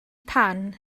pan